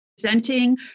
presenting